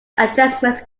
adjustments